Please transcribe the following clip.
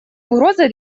угрозы